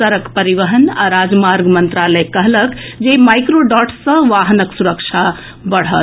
सड़क परिवहन आ राजमार्ग मंत्रालय कहलक जे माइक्रोडॉट्स सॅ वाहनक सुरक्षा बढ़त